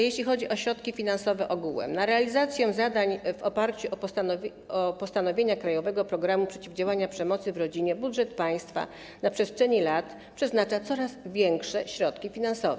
Jeżeli chodzi o środki finansowe ogółem - na realizację zadań w oparciu o postanowienia „Krajowego programu przeciwdziałania przemocy w rodzinie” budżet państwa na przestrzeni lat przeznacza coraz większe środki finansowe.